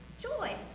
joy